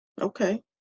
Okay